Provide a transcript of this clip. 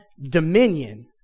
dominion